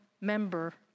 member